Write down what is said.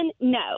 no